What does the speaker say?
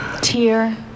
Tear